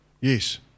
Yes